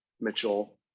Mitchell